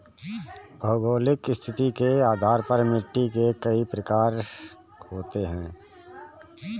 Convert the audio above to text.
भौगोलिक स्थिति के आधार पर मिट्टी के कई प्रकार होते हैं